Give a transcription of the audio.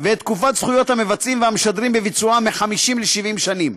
ואת תקופת זכויות המבצעים והמשדרים בביצועם מ-50 שנים ל-70 שנים.